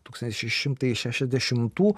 tūkstantis šeši šimtai šešiasdešimtų